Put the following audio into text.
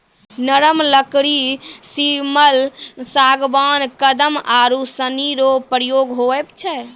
नरम लकड़ी सिमल, सागबान, कदम आरू सनी रो प्रयोग हुवै छै